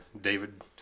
david